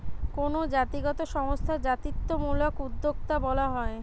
কোনো জাতিগত সংস্থা জাতিত্বমূলক উদ্যোক্তা বলা হয়